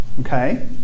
Okay